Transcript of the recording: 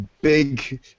big